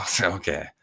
Okay